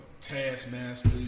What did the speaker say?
Taskmaster